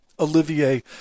Olivier